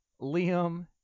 Liam